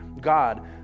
God